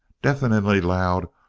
deafeningly loud,